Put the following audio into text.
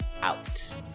out